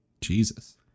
Jesus